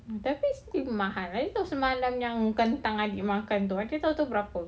tapi still mahal you tahu semalam yang kan tangan dimakan tu kau tahu itu berapa